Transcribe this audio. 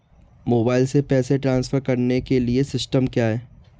Mobile से पैसे transfer करने के लिए सिस्टम क्या है?